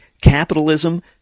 Capitalism